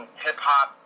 hip-hop